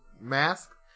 mask